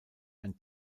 ein